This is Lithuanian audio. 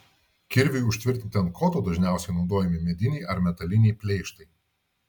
kirviui užtvirtinti ant koto dažniausiai naudojami mediniai ar metaliniai pleištai